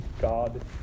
God